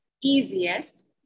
easiest